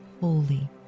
holy